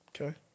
Okay